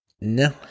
No